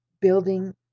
building